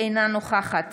אינה נוכחת